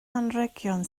anrhegion